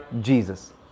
Jesus